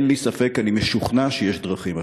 אין לי ספק, אני משוכנע שיש דרכים אחרות.